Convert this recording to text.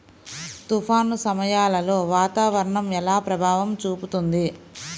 తుఫాను సమయాలలో వాతావరణం ఎలా ప్రభావం చూపుతుంది?